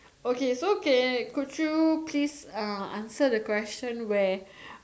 okay is okay could you please answer the question where